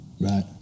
Right